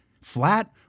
Flat